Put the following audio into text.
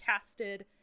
casted